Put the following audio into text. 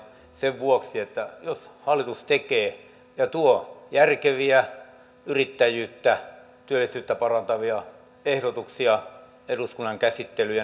sen vuoksi että jos hallitus tekee ja tuo järkeviä yrittäjyyttä työllisyyttä parantavia ehdotuksia eduskunnan käsittelyyn